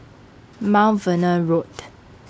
Mount Vernon Road